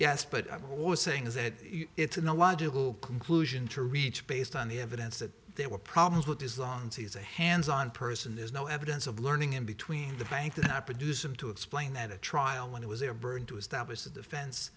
yes but i was saying is that it's an illogical conclusion to reach based on the evidence that there were problems with his long he's a hands on person there's no evidence of learning in between the bank to produce him to explain that a trial when it was their burden to establish the defense